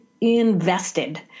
invested